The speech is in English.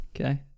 Okay